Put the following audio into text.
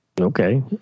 Okay